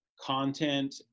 content